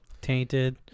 tainted